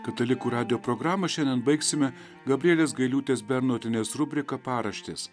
katalikų radijo programą šiandien baigsime gabrielės gailiūtės bernotienės rubrika paraštės